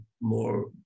more